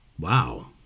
Wow